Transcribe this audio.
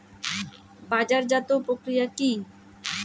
বাজারজাতও প্রক্রিয়া কি?